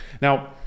Now